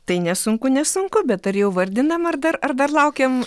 tai nesunku nesunku bet ar jau vardinam ar dar ar dar laukiam